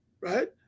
right